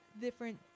different